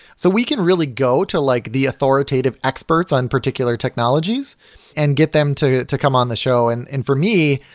so we can really go to like the authoritative experts on particular technologies and get them to to come on the show. and and for me,